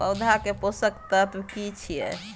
पौधा के पोषक तत्व की छिये?